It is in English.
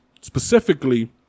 specifically